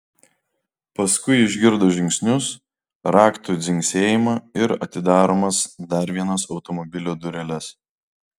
paskui išgirdo žingsnius raktų dzingsėjimą ir atidaromas dar vienas automobilio dureles